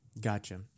Gotcha